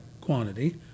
quantity